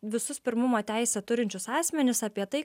visus pirmumo teisę turinčius asmenis apie tai